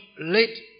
late